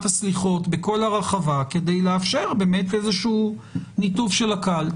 הסליחות בכל הרחבה כדי לאפשר באמת איזה שהוא ניתוב של הקהילה.